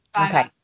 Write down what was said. okay